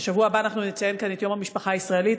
בשבוע הבא אנחנו נציין כאן את יום המשפחה הישראלית,